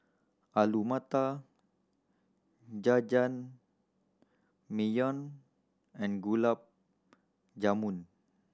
Alu Matar Jajangmyeon and Gulab Jamun